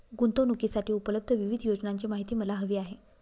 गुंतवणूकीसाठी उपलब्ध विविध योजनांची माहिती मला हवी आहे